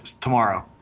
Tomorrow